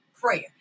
prayer